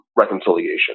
reconciliation